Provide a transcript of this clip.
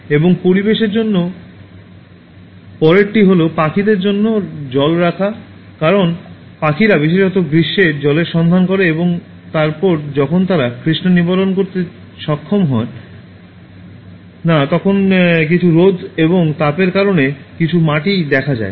এবং পরিবেশের জন্য পরেরটি হল পাখিদের জন্য জল রাখা কারণ পাখিরা বিশেষত গ্রীষ্মে জলের সন্ধান করে এবং তারপর যখন তারা তৃষ্ণা নিবারণ করতে সক্ষম হয় না তখন কিছু জ্বলন্ত রোদ এবং তাপের কারণে কিছু পাখি মারা যায়